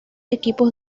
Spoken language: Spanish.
equipos